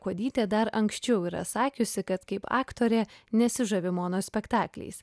kuodytė dar anksčiau yra sakiusi kad kaip aktorė nesižavi monospektakliais